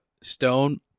Stone